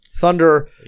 thunder